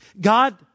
God